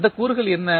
அந்த கூறுகள் என்ன